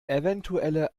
eventuelle